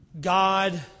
God